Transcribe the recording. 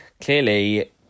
clearly